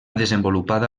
desenvolupada